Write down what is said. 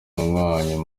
mwanya